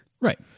Right